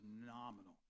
phenomenal